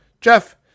jeff